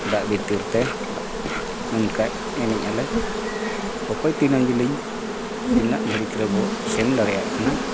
ᱫᱟᱜ ᱵᱷᱤᱛᱤᱨ ᱛᱮ ᱚᱱᱠᱟ ᱮᱱᱮᱡ ᱟᱞᱮ ᱚᱠᱚᱭ ᱛᱤᱱᱟᱹᱜ ᱡᱮᱹᱞᱮᱹᱧ ᱛᱤᱱᱟᱹᱜ ᱜᱷᱟᱹᱲᱤᱠ ᱨᱮᱵᱚᱱ ᱥᱮᱱ ᱫᱟᱲᱮᱭᱟᱜ ᱠᱟᱱᱟ